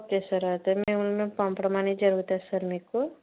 okay sir అయితే మేము మేము పంపడం అనే జరుగుతుంది సార్ మీకు